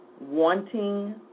wanting